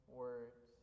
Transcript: words